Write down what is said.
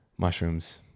Mushrooms